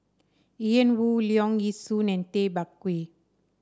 Ian Woo Leong Yee Soo and Tay Bak Koi